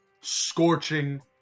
scorching